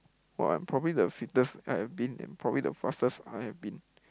!wah! I'm probably the fittest I have been and probably the fastest I have been